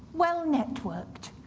well-networked.